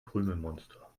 krümelmonster